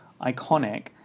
iconic